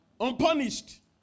unpunished